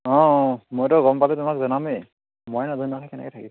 অঁ অঁ মইতো গম পালে তোমাক জনামেই মই নজনোৱাকৈ কেনেকৈ থাকিম